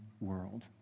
world